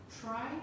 Try